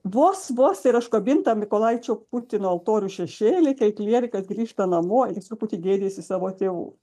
vos vos yra užkabinta mykolaičio putino altorių šešėly kai klierikas grįžta namo jis truputį gėdijasi savo tėvų